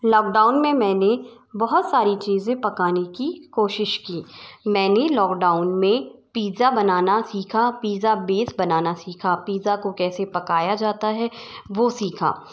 lockdown में मैंने बहुत सारी चीज़ें पकाने की कोशिश की मैंने लॉकडाउन में पीज़्ज़ा बनाना सीखा पीज़्ज़ा बेस बनाना सीखा पीज़्ज़ा को कैसे पकाया जाता है वो सीखा